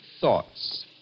Thoughts